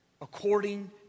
according